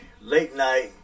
late-night